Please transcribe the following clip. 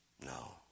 No